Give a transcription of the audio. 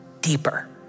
deeper